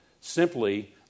simply